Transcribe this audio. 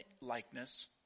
likeness